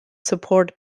support